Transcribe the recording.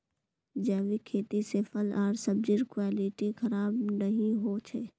जैविक खेती से फल आर सब्जिर क्वालिटी खराब नहीं हो छे